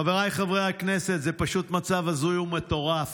חבריי חברי הכנסת, זה פשוט מצב הזוי ומטורף.